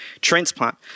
transplant